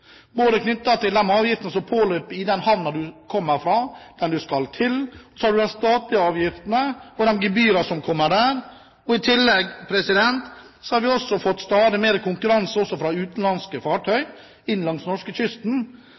som påløp i den havna du kommer fra, den du skal til, og så har du de statlige avgiftene og de gebyrene som kommer der. I tillegg har vi fått stadig mer konkurranse fra utenlandske fartøy, inn langs norskekysten,